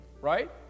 Right